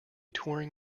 touring